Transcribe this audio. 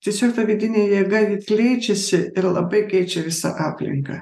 tiesiog ta vidinė jėga ji keičiasi ir labai keičia visą aplinką